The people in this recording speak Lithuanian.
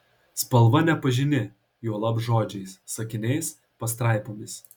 spalva nepažini juolab žodžiais sakiniais pastraipomis